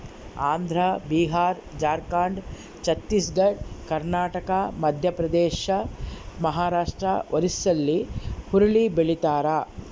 Andhra Bihar Jharkhand Chhattisgarh Karnataka Madhya Pradesh Maharashtra ಒರಿಸ್ಸಾಲ್ಲಿ ಹುರುಳಿ ಬೆಳಿತಾರ